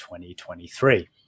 2023